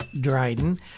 Dryden